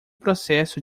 processo